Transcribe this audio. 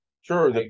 Sure